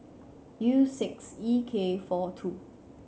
U six E K four two